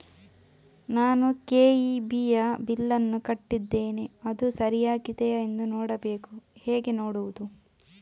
ನಾನು ಕೆ.ಇ.ಬಿ ಯ ಬಿಲ್ಲನ್ನು ಕಟ್ಟಿದ್ದೇನೆ, ಅದು ಸರಿಯಾಗಿದೆಯಾ ಎಂದು ನೋಡಬೇಕು ಹೇಗೆ ನೋಡುವುದು?